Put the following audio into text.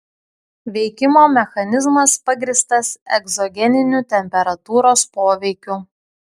veikimo mechanizmas pagrįstas egzogeniniu temperatūros poveikiu